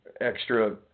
Extra